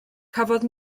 cafodd